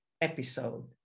episode